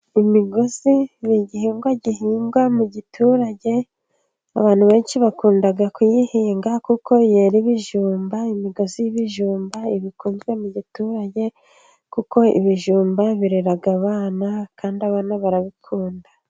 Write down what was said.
Imigozi ni igihingwa gihingwa mu giturage, abantu benshi bakunda kuyihinga kuko yera ibijumba, imigozi y'ibijumba iba ikunzwe mu giturage, kuko ibijumba birera abana kandi abana barabikunda.